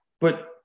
But-